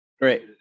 Great